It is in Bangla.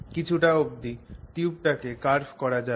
কিছুটা অবধি টিউবটাকে কার্ভ করা যাবে